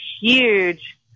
huge